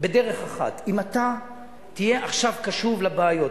בדרך אחת: אם אתה תהיה עכשיו קשוב לבעיות.